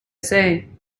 say